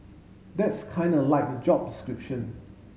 that's Kinda like the job description